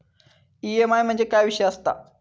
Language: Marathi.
ई.एम.आय म्हणजे काय विषय आसता?